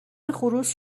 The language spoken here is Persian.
خروس